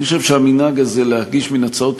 אני חושב שהמנהג הזה להגיש מין הצעות